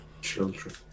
children